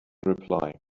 reply